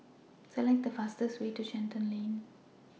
Select The fastest Way to Shenton Lane